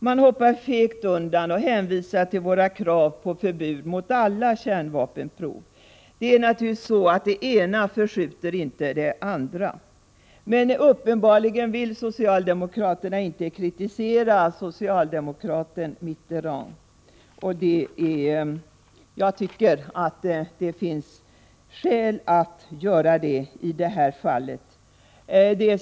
Man hoppar fegt undan och hänvisar till våra krav på förbud mot alla kärnvapenprov. Det är naturligtvis så att det ena inte förskjuter det andra. Uppenbarligen vill socialdemokraterna inte kritisera socialdemokraten Mitterand. Jag tycker att det finns skäl att göra det i detta fall.